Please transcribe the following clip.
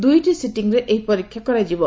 ଦୁଇଟି ସିଟିରେ ଏହି ପରୀକ୍ଷା କରାଯିବ